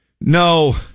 No